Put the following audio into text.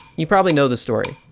you probably know the story.